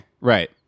Right